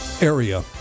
area